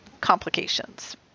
complications